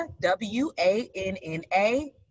W-A-N-N-A